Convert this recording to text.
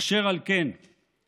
אשר על כן אנו,